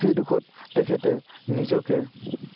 সেই দুখত তেখেতে নিজকে